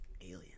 Alien